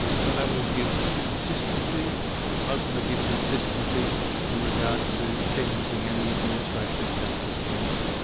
so that will give consistency or hopefully give consistency in regard to sentencing and the administration of justice generally.